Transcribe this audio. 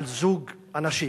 על זוג אנשים